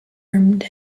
earned